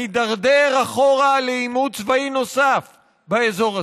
נידרדר אחורה לעימות צבאי נוסף באזור הזה.